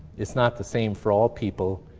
it's not the same for all people,